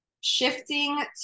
shifting